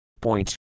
Point